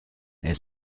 est